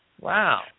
Wow